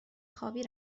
خوابی